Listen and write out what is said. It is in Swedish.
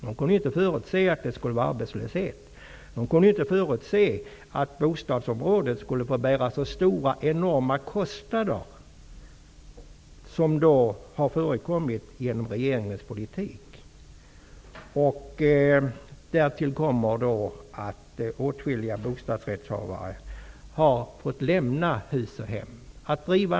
De kunde inte förutse att det skulle vara arbetslöshet och att bostadsområdet skulle få bära så enorma kostnader som det har blivit genom regeringens politik. Därtill kommer att åtskilliga bostadsrättsinnehavare har fått lämna hus och hem.